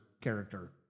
character